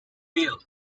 failed